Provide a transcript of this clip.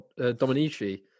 Dominici